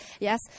Yes